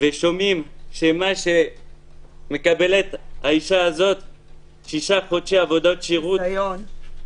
ושומעים שמה שמקבלת האישה הזאת זה שישה חודשי עבודות שירות -- ביזיון.